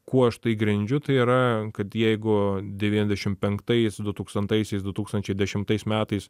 kuo aš tai grindžiu tai yra kad jeigu devyniasdešim penktais dutūkstantaisiais du tūkstančiai dešimtais metais